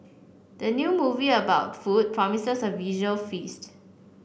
the new movie about food promises a visual feast